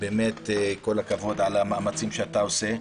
באמת כל הכבוד על המאמצים שאתה עושה.